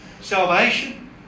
salvation